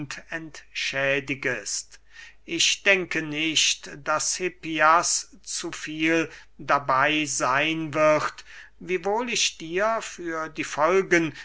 entschädigest ich denke nicht daß hippias zu viel dabey seyn wird wiewohl ich dir für die folgen